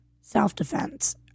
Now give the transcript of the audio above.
self-defense